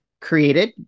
created